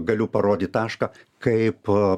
galiu parodyt tašką kaip